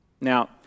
Now